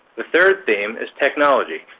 the third theme is technology,